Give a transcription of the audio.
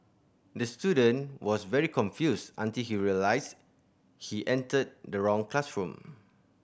the student was very confused until he realised he entered the wrong classroom